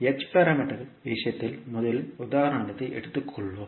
h பாராமீட்டர்கள் விஷயத்தில் முதலில் உதாரணத்தை எடுத்துக்கொள்வோம்